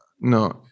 No